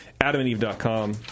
adamandeve.com